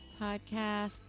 podcast